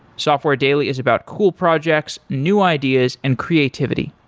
software daily is about cool projects, new ideas and creativity.